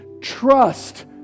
trust